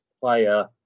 player